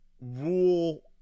rule